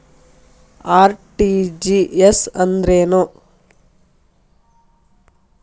RTGS ಅಂದ್ರೇನು?